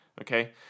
Okay